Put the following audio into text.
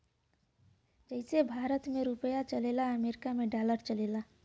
जइसे भारत मे रुपिया चलला अमरीका मे डॉलर चलेला